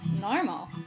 normal